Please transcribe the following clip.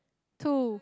two